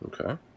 okay